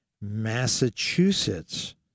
Massachusetts